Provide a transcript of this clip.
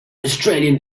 australian